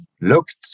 looked